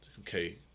okay